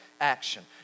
action